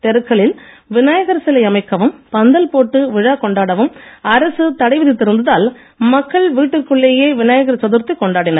தெருக்களில் விநாயகர் சிலை அமைக்கவும் பந்தல் போட்டு விழா கொண்டாடவும் அரசு தடை விதித்து இருந்ததால் மக்கள் வீட்டிற்குள்ளேயே விநாயகர் சதுர்த்தி கொண்டாடினர்